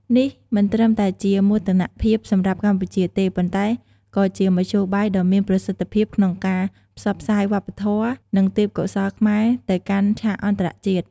នេះមិនត្រឹមតែជាមោទនភាពសម្រាប់កម្ពុជាទេ ប៉ុន្តែក៏ជាមធ្យោបាយដ៏មានប្រសិទ្ធភាពក្នុងការផ្សព្វផ្សាយវប្បធម៌ និងទេពកោសល្យខ្មែរទៅកាន់ឆាកអន្តរជាតិ។